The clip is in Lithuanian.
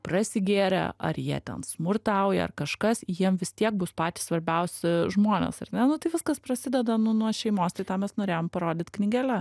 prasigėrę ar jie ten smurtauja ar kažkas jiem vis tiek bus patys svarbiausi žmonės ar ne nu tai viskas prasideda nu nuo šeimos tai tą mes norėjom parodyt knygele